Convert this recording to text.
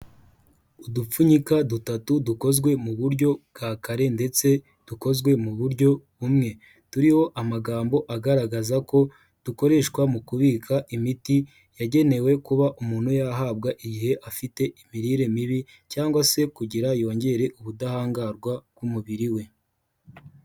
Udupfunyika dutatu dukozwe mu buryo ka kare ndetse dukozwe mu buryo bumwe, turiho amagambo agaragaza ko dukoreshwa mu kubika imiti yagenewe kuba umuntu yahabwa igihe afite imirire mibi cyangwa se kugira yongere ubudahangarwa bw'umubiri we.